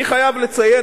אני חייב לציין,